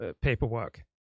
paperwork